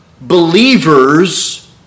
believers